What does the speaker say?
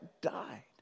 died